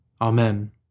Amen